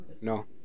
No